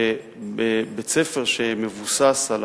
שבית-ספר שמבוסס על